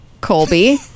Colby